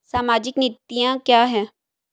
सामाजिक नीतियाँ क्या हैं?